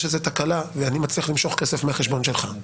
יש איזה תקלה ואני מצליח למשוך כסף מהחשבון שלך,